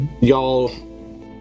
Y'all